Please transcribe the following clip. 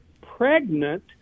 pregnant